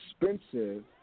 expensive